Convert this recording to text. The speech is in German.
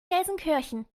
gelsenkirchen